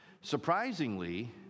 Surprisingly